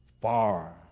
far